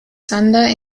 sander